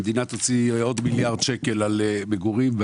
המדינה תוציא עוד מיליארד שקלים על מגורים,